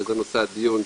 וזה נושא הדיון,